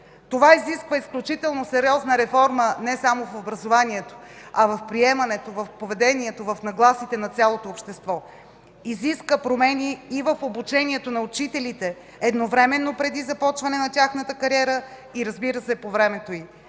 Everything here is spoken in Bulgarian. Това изисква изключително сериозна реформа не само в образованието, а в приемането, в поведението, в нагласите на цялото общество; изисква промени и в обучението на учителите едновременно преди започване на тяхната кариера и, разбира се, по времето й;